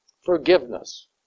Forgiveness